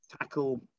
tackle